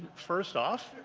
first off,